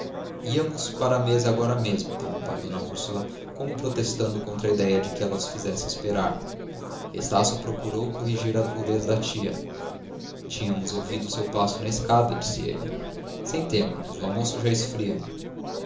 íamos para a mesa agora mesmo interrompeu d úrsula como protestando contra a idéia de que ela os fizesse esperar estácio procurou corrigir a rudez da tia tínhamos ouvido o seu passo na escada disse ele sentemo-nos que o almoço esfria